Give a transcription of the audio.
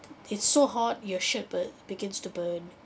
it's so hot your shirt bur~ begins to burn